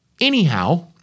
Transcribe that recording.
Anyhow